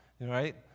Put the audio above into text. right